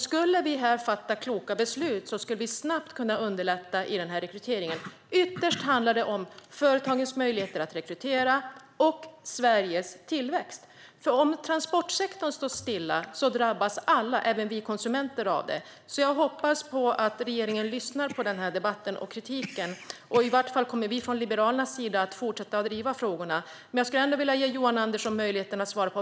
Skulle vi fatta kloka beslut här skulle vi snabbt kunna underlätta rekryteringen. Ytterst handlar det om företagens möjligheter att rekrytera och om Sveriges tillväxt, för om transportsektorn står still drabbas alla - även vi konsumenter - av det. Jag hoppas att regeringen lyssnar på debatten och kritiken. Från Liberalernas sida kommer vi i vart fall att fortsätta driva frågorna, men jag skulle ändå vilja ge Johan Andersson möjligheten att svara.